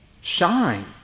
shine